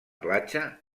platja